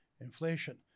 inflation